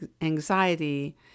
anxiety